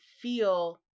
feel